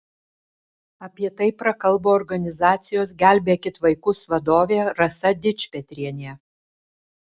apie tai prakalbo organizacijos gelbėkit vaikus vadovė rasa dičpetrienė